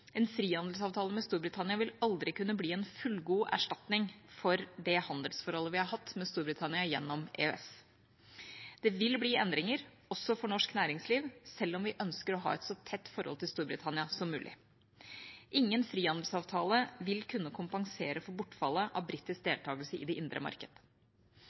En frihandelsavtale med Storbritannia vil aldri kunne bli en fullgod erstatning for det handelsforholdet vi har hatt med Storbritannia gjennom EØS. Det vil bli endringer – også for norsk næringsliv – selv om vi ønsker å ha et så tett forhold til Storbritannia som mulig. Ingen frihandelsavtale vil kunne kompensere for bortfallet av britisk deltakelse i det indre marked.